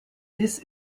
this